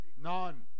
None